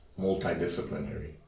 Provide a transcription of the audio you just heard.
multidisciplinary